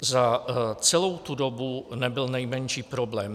Za celou tu dobu nebyl nejmenší problém.